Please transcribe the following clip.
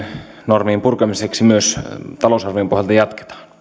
normien purkamiseksi myös talousarvion pohjalta jatketaan